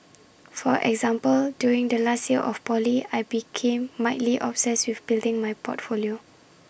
for example during the last year of poly I became mildly obsessed with building my portfolio